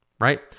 Right